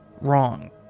wrong